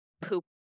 poop